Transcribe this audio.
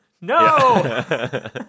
No